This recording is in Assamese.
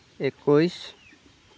একৈছ